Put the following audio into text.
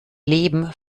leben